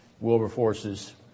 Wilberforce's